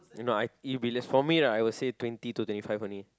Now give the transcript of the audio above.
no I if it's for me lah I will say twenty to twenty five only